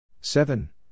Seven